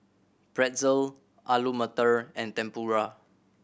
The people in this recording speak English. Pretzel Alu Matar and Tempura